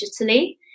digitally